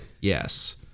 Yes